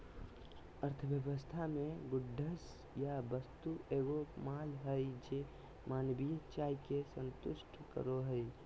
अर्थव्यवस्था मे गुड्स या वस्तु एगो माल हय जे मानवीय चाह के संतुष्ट करो हय